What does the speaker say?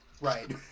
right